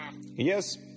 Yes